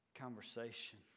conversation